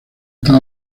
están